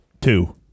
Two